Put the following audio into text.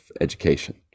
education